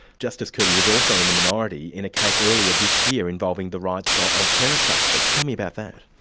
justice kirby was also in the minority in a case earlier this year involving the rights um of terror suspects. tell me about that.